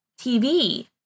TV